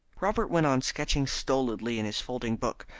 robert went on sketching stolidly in his folding book,